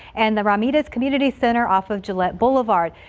and the romney does community center off of gillette boulevard.